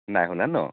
নাই সলোৱা ন'